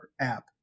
app